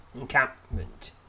encampment